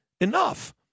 enough